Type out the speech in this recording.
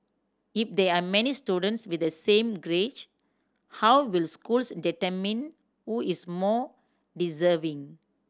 if there are many students with the same grades how will schools determine who is more deserving